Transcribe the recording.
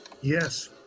Yes